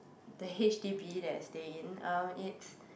the h_d_b that I stay in um it's